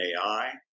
AI